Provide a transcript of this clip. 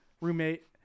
roommate